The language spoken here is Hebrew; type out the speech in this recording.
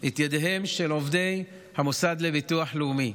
את ידיהם של עובדי המוסד לביטוח לאומי,